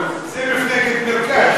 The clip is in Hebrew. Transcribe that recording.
זו מפלגת מרכז,